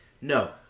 no